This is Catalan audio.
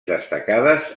destacades